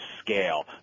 scale